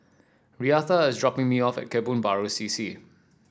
Reatha is dropping me off at Kebun Baru C C